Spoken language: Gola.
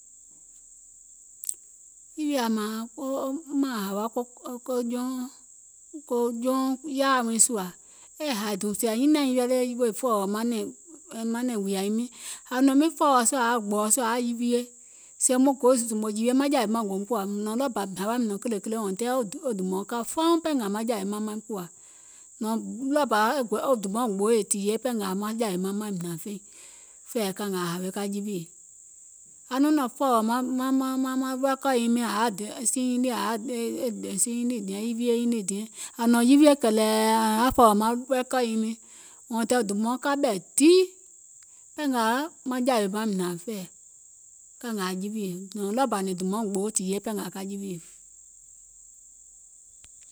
e hȧì dùùm sèè nyinìaŋ nyiiŋ ready aŋ fɔ̀ɔ̀wɔ̀ manɛ̀ŋ wùya nyiŋ miiŋ ȧŋ nɔ̀ŋ miìŋ fɔ̀ɔ̀wɔ̀ sùȧ ȧŋ yaȧ gbɔ̀ɔ̀ sùȧ ȧŋ yaȧ yiwie sèè mùŋ go zùmò jìwie maŋ jȧwè maŋ gòum kùwȧ, nɔ̀ɔŋ ɗɔɔbȧ mìŋ hawȧ mìŋ gè kìlè kile until wɔŋ dùmɔ̀ɔŋ ka fauŋ pangàà maŋ jȧwè maŋ maim kùwȧ, nɔ̀ɔŋ ɗɔɔbȧ wɔŋ dùmɔ̀ɔŋ gboo è tìyèe paŋgàà maŋ jȧwè maŋ maim hnȧŋ feìŋ, fɛ̀ɛ̀ ka ngȧȧ hawe ka jiwiè, ȧŋ nɔ̀ŋ yiwie nyiŋ nii kɛ̀lɛ̀ɛ̀ ȧŋ yaȧ fɔ̀ɔ̀wɔ̀ maŋ record nyiŋ miiŋ until wɔŋ dùmɔ̀ɔŋ ka ɓɛ̀ dii pangȧȧ maŋ jȧwè maim hnȧŋ fɛ̀ɛ̀ ka ngȧȧ jiwiè nɔ̀ɔŋ ɗɔɔbȧ dùmɔ̀ɔŋ gboo tìyèe pangàà ka jiwiè